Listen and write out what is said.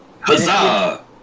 Huzzah